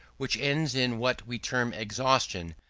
which ends in what we term exhaustion,